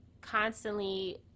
constantly